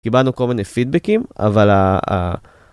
קיבלנו כל מיני פידבקים, אבל ה...